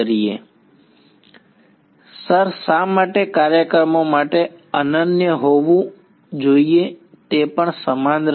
વિદ્યાર્થી સર શા માટે કાર્યક્રમો માટે અનન્ય હોવું જોઈએ તે પણ સમાન રહેશે